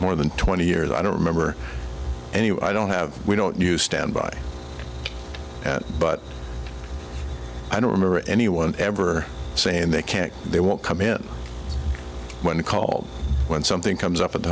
more than twenty years i don't remember anyone i don't have we don't you stand by but i don't remember anyone ever saying they can't they won't come in when called when something comes up at the